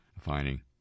finding